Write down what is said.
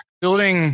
Building